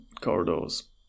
corridors